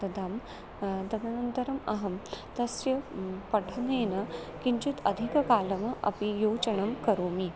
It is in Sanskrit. ददामि तदनन्तरम् अहं तस्य पठनेन किञ्चित् अधिककालम् अपि योचनां करोमि